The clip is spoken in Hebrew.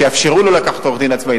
שיאפשרו לו לקחת עורך-דין עצמאי,